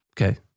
Okay